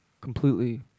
completely